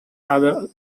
other